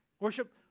worship